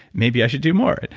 maybe i should do more? and